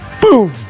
Boom